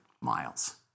miles